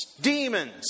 demons